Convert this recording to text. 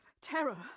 Terror